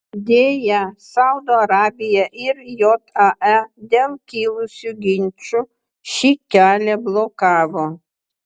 deja saudo arabija ir jae dėl kilusių ginčų šį kelią blokavo